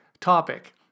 topic